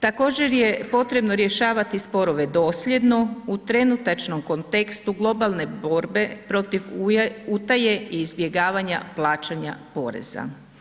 Također je potrebno rješavati sporove dosljedno u trenutačnom kontekstu globalne borbe protiv utaje i izbjegavanja plaćanja poreza.